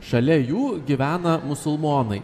šalia jų gyvena musulmonai